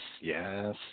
yes